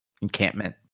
encampment